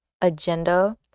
agenda